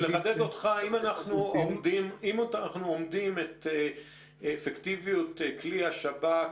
אנחנו אומדים את אפקטיביות כלי השב"כ,